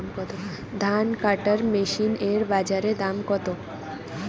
ধান কাটার মেশিন এর বাজারে দাম কতো?